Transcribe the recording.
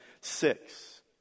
Six